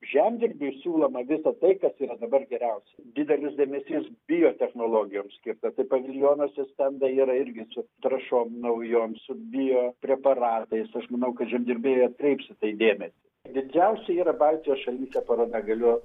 žemdirbiui siūloma visa tai kas yra dabar geriausia didelis dėmesys biotechnologijoms skirta tai paviljonuose stendai yra irgi čia trąšom naujom su biopreparatais aš manau kad žemdirbiai ir atkreips į tai dėmesį didžiausia yra baltijos šalyse paroda galiu